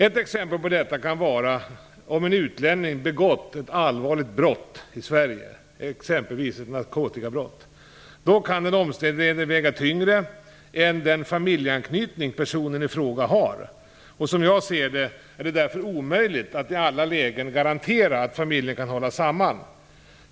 Ett exempel på detta kan vara om en utlänning i Sverige begått ett allvarligt brott, såsom ett narkotikabrott. Då kan den omständigheten väga tyngre än den familjeanknytning personen i fråga har. Som jag ser det är det därför omöjligt att i alla lägen garantera att familjen kan hålla samman.